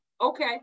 okay